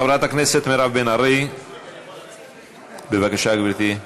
חברת הכנסת מירב בן ארי, בבקשה, גברתי.